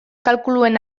kalkuluen